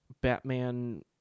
Batman